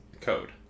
code